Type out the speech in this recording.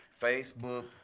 Facebook